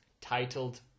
titled